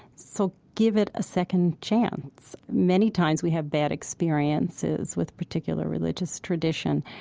so give it a second chance. many times we have bad experiences with particular religious tradition,